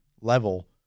level